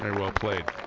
and well played.